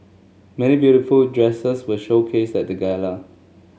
many beautiful dresses were showcased at the gala